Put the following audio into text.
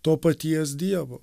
to paties dievo